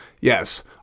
Yes